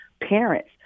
parents